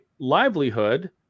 livelihood